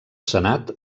senat